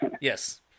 Yes